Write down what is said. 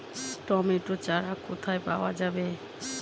Tomato চারা কোথায় পাওয়া যাবে?